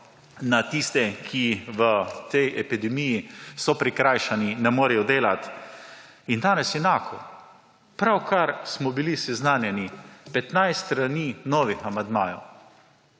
na tiste, ki v tej epidemiji so prikrajšani, ne morejo delati, in danes enako, pravkar smo bili seznanjeni, 15 strani novih amandmajev,